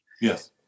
Yes